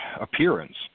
appearance